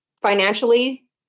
financially